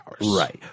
Right